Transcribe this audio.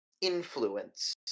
influence